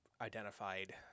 identified